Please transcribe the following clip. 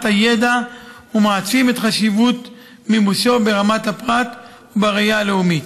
הידע ומעצים את חשיבות מימושו ברמת הפרט ובראייה הלאומית.